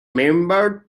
member